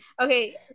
okay